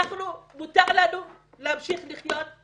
מותר לנו להמשיך לחיות.